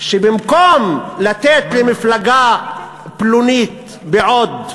שבמקום לתת למפלגה פלונית בעוד,